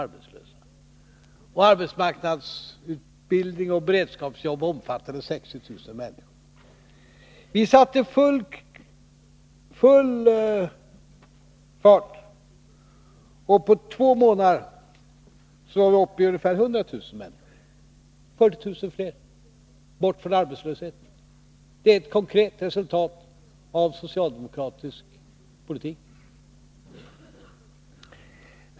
Arbetsmarknadsutbildning och beredskapsjobb omfattade 60 000 människor. Vi satte full fart, och på två månader är vi uppe i ungefär 100 000 människor i arbetsmarknadsutbildning och beredskapsjobb — alltså har 40 000 fler förts bort från arbetslöshet. Det är ett konkret resultat av socialdemokratisk politik.